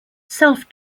self